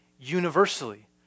universally